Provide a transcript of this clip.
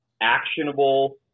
actionable